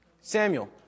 Samuel